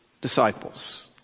disciples